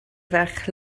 ferch